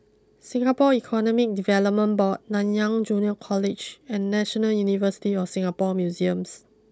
Singapore Economic Development Board Nanyang Junior College and National University of Singapore Museums